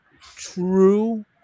true